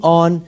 on